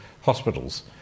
hospitals